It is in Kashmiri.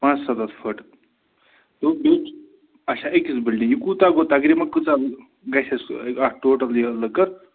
پانٛژسَتتھ فُٹ تہٕ بیٚیہِ اچھا أکِس بُلڈِنٛگ یہِ کوٗتاہ گوٚو تقریٖبَن کۭژاہ گژھِ اَسہِ اَتھ ٹوٹَل یہِ لٔکٕر